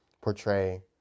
portray